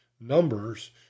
numbers